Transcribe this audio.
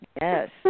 Yes